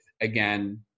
again